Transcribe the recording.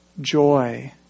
joy